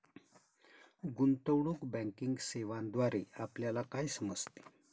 गुंतवणूक बँकिंग सेवांद्वारे आपल्याला काय समजते?